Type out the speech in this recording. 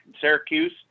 Syracuse